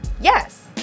yes